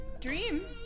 dream